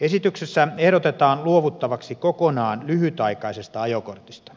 esityksessä ehdotetaan luovuttavaksi kokonaan lyhytaikaisesta ajokortista